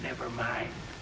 never mind